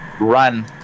run